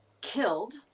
killed